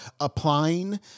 Applying